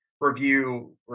review